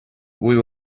will